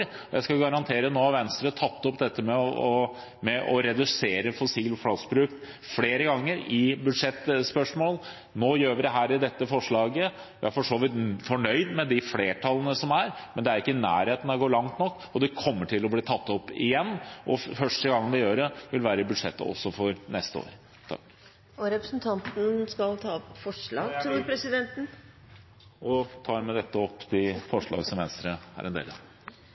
har nå tatt opp dette med å redusere fossil plastbruk flere ganger i budsjettspørsmål, nå gjør vi det her i dette forslaget. Vi er for så vidt fornøyd med de flertallene som er, men det er ikke i nærheten av å gå langt nok. Jeg skal garantere at det kommer til å bli tatt opp igjen, og første gang vi gjør det, vil være i budsjettet også for neste år. Jeg tar med dette opp forslagene nr. 3 og 4, som Venstre er en del av. Representanten Ola Elvestuen har tatt opp de